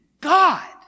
God